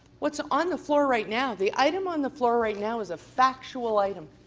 what's on the floor right now the item on the floor right now is a factual item.